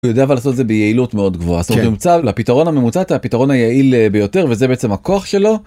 יודע לעשות זה ביעילות מאוד גבוהה זאת אומרת סוג צהל ימצא לפתרון הממוצע את הפתרון היעיל ביותר וזה בעצם הכוח שלו.